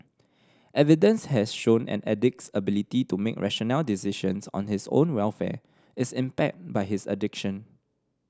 evidence has shown an addict's ability to make rational decisions on his own welfare is impaired by his addiction